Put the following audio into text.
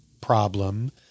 problem